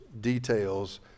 details